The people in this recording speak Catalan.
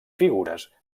figures